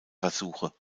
versuche